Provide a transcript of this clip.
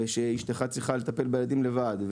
אשתך צריכה לטפל בילדים לבד.